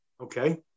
okay